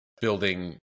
building